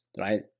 right